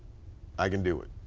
i can do it.